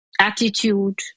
attitude